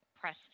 press